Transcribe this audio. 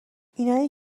اینایی